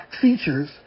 features